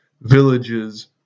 villages